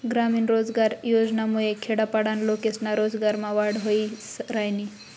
ग्रामीण रोजगार योजनामुये खेडापाडाना लोकेस्ना रोजगारमा वाढ व्हयी रायनी